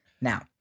Now